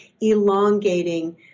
elongating